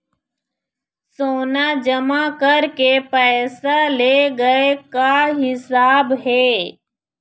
सोना जमा करके पैसा ले गए का हिसाब हे?